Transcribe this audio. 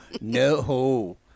No